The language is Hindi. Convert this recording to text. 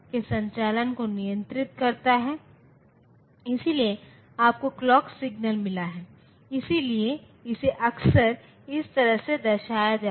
जैसे यदि आप गुणा करते हैं यदि आप अगले उच्च मूल्य के लिए जाते हैं